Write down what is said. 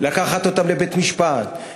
לקחת אותם לבית-משפט,